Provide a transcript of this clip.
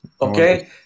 Okay